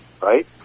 Right